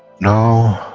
now,